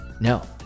no